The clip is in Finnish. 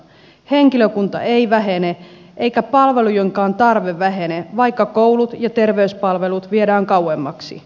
henkilökunta ei vähene eikä palvelujenkaan tarve vähene vaikka koulut ja terveyspalvelut viedään kauemmaksi